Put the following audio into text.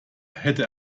hätte